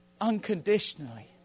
unconditionally